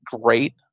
great